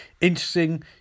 interesting